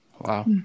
Wow